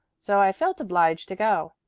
so i felt obliged to go.